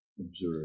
observe